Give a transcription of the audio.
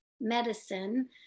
medicine